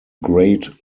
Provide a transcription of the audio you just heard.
great